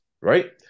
right